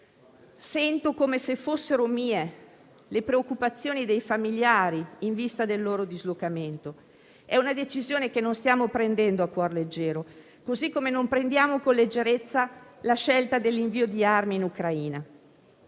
Sento come fossero mie le preoccupazioni dei familiari in vista del loro dislocamento. È una decisione che non stiamo prendendo a cuor leggero, così come non prendiamo con leggerezza la scelta dell'invio di armi in Ucraina.